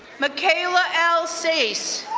mikayla l. seis,